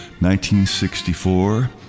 1964